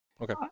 Okay